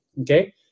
Okay